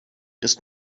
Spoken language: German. ist